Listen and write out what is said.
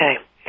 Okay